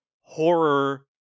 horror